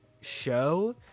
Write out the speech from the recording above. show